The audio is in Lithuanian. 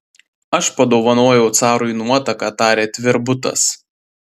aš padovanojau carui nuotaką tarė tvirbutas